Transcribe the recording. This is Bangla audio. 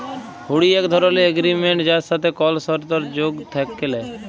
হুঁড়ি এক ধরলের এগরিমেনট যার সাথে কল সরতর্ যোগ থ্যাকে ল্যায়